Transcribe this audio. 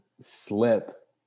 slip